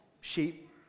sheep